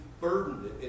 burdened